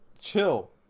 Chill